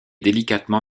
délicatement